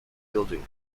building